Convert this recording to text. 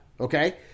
okay